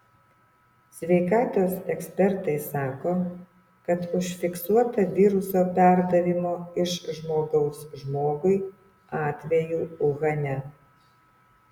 sveikatos ekspertai sako kad užfiksuota viruso perdavimo iš žmogaus žmogui atvejų uhane